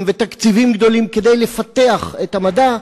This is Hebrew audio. ותקציבים גדולים כדי לפתח את המדע,